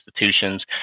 institutions